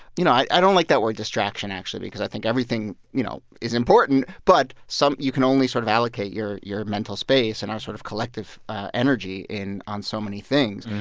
you know i i don't like that word distraction, actually, because i think everything, you know, is important. but some you can only sort of allocate your your mental space and our sort of collective ah energy on so many things.